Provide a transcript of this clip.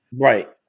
right